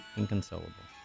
inconsolable